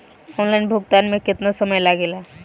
Online भुगतान में केतना समय लागेला?